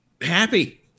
Happy